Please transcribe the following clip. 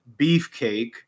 Beefcake